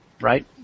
Right